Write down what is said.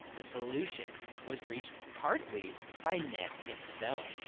the solution was reached partly by ness himself.